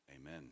amen